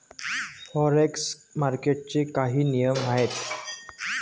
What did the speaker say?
Forex मार्केटचे काही नियम आहेत का?